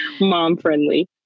mom-friendly